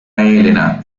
elena